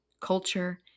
culture